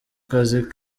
kazi